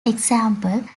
example